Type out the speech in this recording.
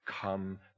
Come